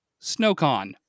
Snowcon